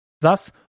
Thus